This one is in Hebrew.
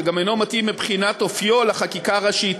שגם אינו מתאים מבחינת אופיו לחקיקה ראשית.